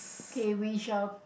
okay we shall